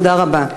תודה רבה.